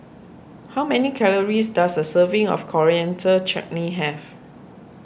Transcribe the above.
how many calories does a serving of Coriander Chutney have